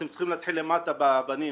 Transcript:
אתם צריכים להתחיל למטה באבנים.